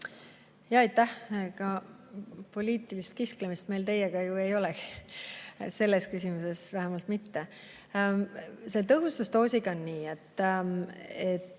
Aitäh! Poliitilist kisklemist meil teiega ju ei ole, selles küsimuses vähemalt mitte. Tõhustusdoosiga on nii, et